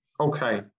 Okay